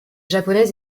japonaise